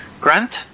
Grant